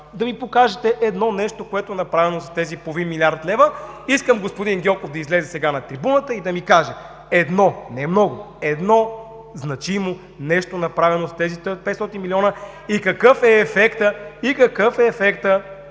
Да ми покажете едно нещо, което е направено за тези половин милиард лева. Искам господин Гьоков да излезе сега на трибуната и да ми каже едно, не много, едно значимо нещо, направено с тези 500 милиона и какъв е ефектът от